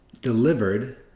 delivered